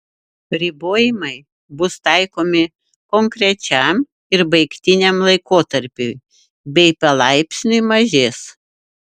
ribojimai bus taikomi konkrečiam ir baigtiniam laikotarpiui bei palaipsniui mažės